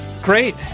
Great